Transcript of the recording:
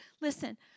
Listen